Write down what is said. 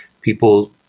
people